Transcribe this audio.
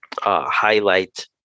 highlight